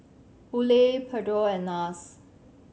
Hurley Pedro and Nars